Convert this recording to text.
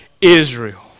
Israel